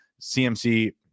CMC